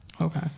Okay